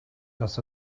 dass